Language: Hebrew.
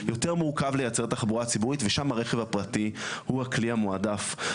יותר מורכב לייצר תחבורה ציבורית ושם הרכב הפרטי הוא הכלי המועדף,